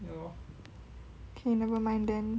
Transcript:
K nevermind then